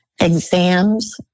exams